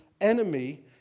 enemy